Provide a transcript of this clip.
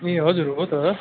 ए हजुर हो त